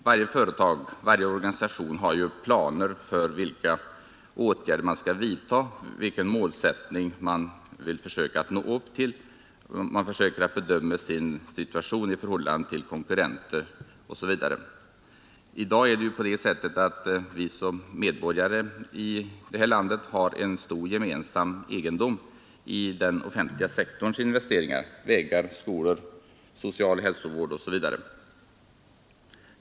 Varje företag, varje organisation har planer på vilka åtgärder de skall vidtaga, vilken målsättning de vill försöka nå upp till, och de försöker bedöma sin situation i förhållande till konkurrenter osv. I dag har vi som medborgare i det här landet en stor gemensam egendom i den offtenliga sektorns investeringar: vägar, skolor, socialoch hälsovård osv.